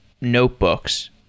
notebooks